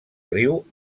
riu